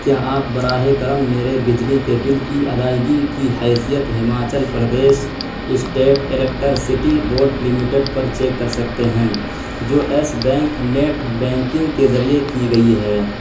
کیا آپ براہ کرم میرے بجلی کے بل کی ادائیگی کی حیثیت Himachal Pradesh state electricity board limited پر چیک کر سکتے ہیں جو یس بینک نیٹ بینکنگ کے ذریعے کی گئی ہے